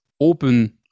open